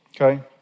okay